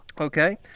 Okay